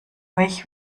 euch